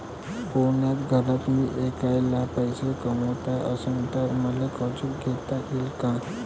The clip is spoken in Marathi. पुऱ्या घरात मी ऐकला पैसे कमवत असन तर मले कर्ज घेता येईन का?